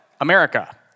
America